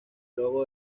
logo